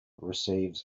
receives